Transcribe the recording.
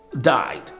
died